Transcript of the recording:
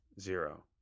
zero